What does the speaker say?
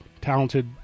Talented